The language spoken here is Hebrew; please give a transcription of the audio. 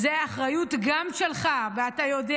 זו אחריות גם שלך, ואתה יודע